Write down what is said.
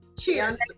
Cheers